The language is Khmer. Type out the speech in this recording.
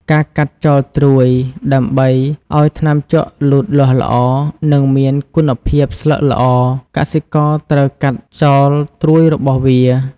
ការកាត់ចោលត្រួយ ដើម្បីឱ្យថ្នាំជក់លូតលាស់ល្អ និងមានគុណភាពស្លឹកល្អ កសិករត្រូវកាត់ចោលត្រួយរបស់វា។